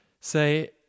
say